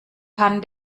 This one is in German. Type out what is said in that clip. kann